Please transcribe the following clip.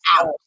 out